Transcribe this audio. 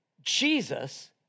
Jesus